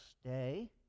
stay